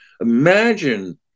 imagine